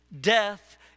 Death